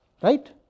Right